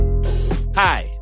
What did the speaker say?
Hi